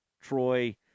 Troy